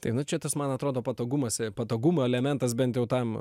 tai nu čia tas man atrodo patogumas patogumo elementas bent jau tam